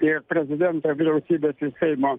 ir prezidento vyriausybės ir seimo